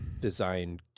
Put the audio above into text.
design